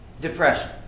Depression